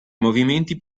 movimenti